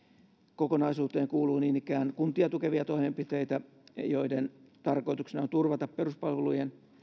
kokonaisuuteen kuuluu niin ikään kuntia tukevia toimenpiteitä joiden tarkoituksena on turvata peruspalvelujen